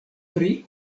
pri